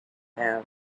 have